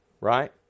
Right